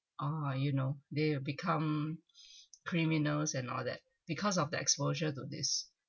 ah you know they will become criminals and all that because of the exposure to these